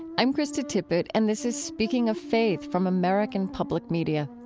i'm krista tippett, and this is speaking of faith from american public media.